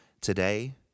today